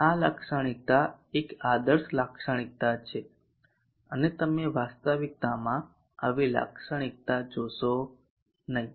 તેથી આ લાક્ષણિકતા એક આદર્શ લાક્ષણિકતા છે અને તમે વાસ્તવિકતામાં આવી લાક્ષણિકતા જોશો નહીં